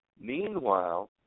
Meanwhile